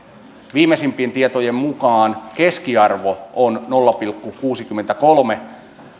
viimeisimpien tietojen mukaan keskiarvo on nolla pilkku kuusikymmentäkolme